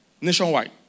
Nationwide